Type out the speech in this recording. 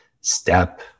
step